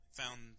found